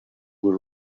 will